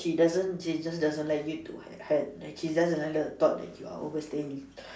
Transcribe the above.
she doesn't she just doesn't like you to have she just doesn't like the thought that you are overstaying